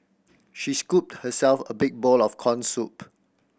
she scooped herself a big bowl of corn soup